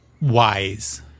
wise